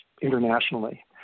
internationally